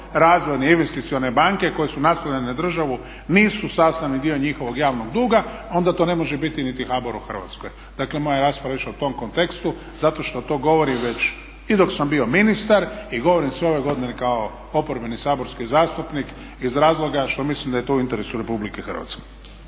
razvojne, investicione banke koje su …/Govornik se ne razumije./… na državu nisu sastavni dio njihovog javnog duga onda to ne može biti niti HBOR u Hrvatskoj. Dakle moja rasprava je išla u tom kontekstu zato što to govorim već i dok sam bio ministar i govorim sve ove godine kao oporbeni saborski zastupnik iz razloga što mislim da je to u interesu Republike Hrvatske.